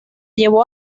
llevó